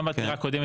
גם בעתירה הקודמת